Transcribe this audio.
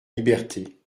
liberté